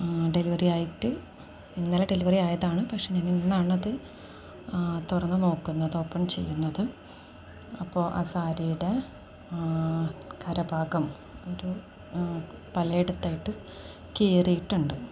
delivery ആയിട്ട് ഇന്നലെ delivery ആയതാണ് പക്ഷെ ഞാനിന്നാണത് ആ തുറന്നുനോക്കുന്നത് ഓപ്പൺ ചെയ്യുന്നത് അപ്പോള് ആ സാരിയുടെ കരഭാഗം ഒരു പലയിടത്തായിട്ടു കീറിയിട്ടുണ്ട്